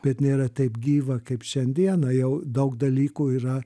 bet nėra taip gyva kaip šiandieną jau daug dalykų yra